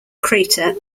crater